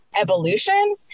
evolution